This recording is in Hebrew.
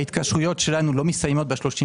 ההתקשרויות שלנו לא מסתיימות ב-31